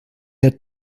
had